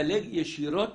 תדלג ישירות